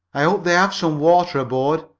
i hope they have some water aboard,